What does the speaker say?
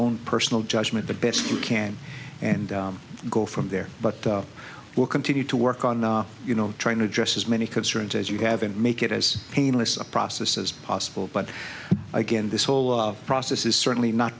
own personal judgment the best you can and go from there but we'll continue to work on you know trying to address as many concerns as you have and make it as painless a process as possible but again this whole process is certainly not